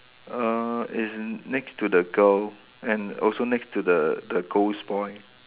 err it's in next to the girl and also next to the the ghost boy